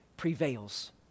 prevails